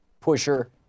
pusher